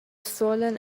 stolen